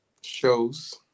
Shows